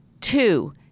Two